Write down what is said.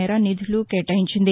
మేర నిధులు కేటాయించింది